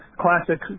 classic